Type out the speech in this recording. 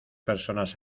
personas